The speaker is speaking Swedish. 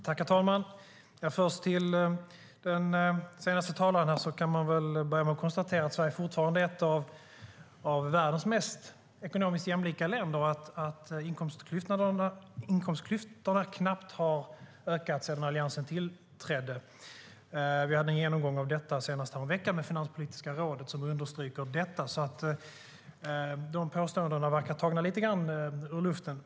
Herr talman! Jag kan informera den förre talaren om att Sverige fortfarande är ett av världens mest ekonomiskt jämlika länder. Inkomstklyftorna har knappt ökat sedan Alliansen tillträdde. Senast häromveckan hade vi en genomgång med Finanspolitiska rådet som underströk detta. Påståendena verkar alltså lite grann tagna ur luften.